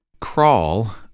crawl